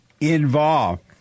involved